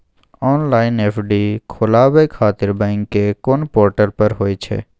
Online FD खोलाबय खातिर bank के कोन पोर्टल पर होए छै?